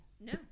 No